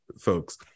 folks